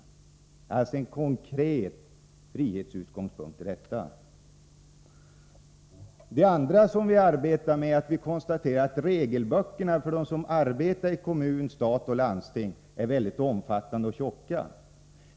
Det finns alltså en konkret frihetsutgångspunkt i detta. Det andra som vi arbetar med gäller att vi konstaterat att regelböckerna för den som arbetar i kommun, stat och landsting är mycket omfattande och tjocka.